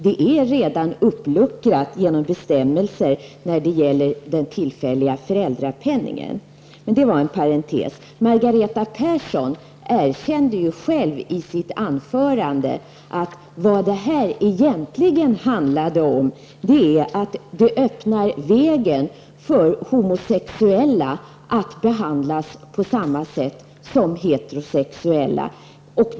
Den är redan uppluckrat genom bestämmelser när det gäller den tillfälliga föräldrapenningen. Det var en parentes. Margareta Persson erkände själv i sitt anförande att vad det egentligen handlade om är att detta öppnar vägen för homosexuella att behandlas på samma sätt som heterosexuella.